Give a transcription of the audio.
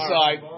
side